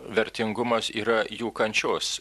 vertingumas yra jų kančios